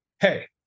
hey